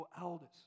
elders